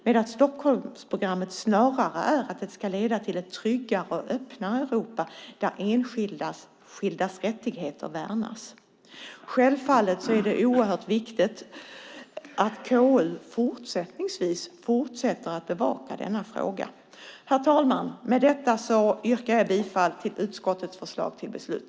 Den är att Stockholmsprogrammet snarare ska leda till ett tryggare och öppnare Europa, där enskildas rättigheter värnas. Självfallet är det oerhört viktigt att KU fortsätter att bevaka denna fråga. Herr talman! Med detta yrkar jag bifall till utskottets förslag till beslut.